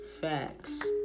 Facts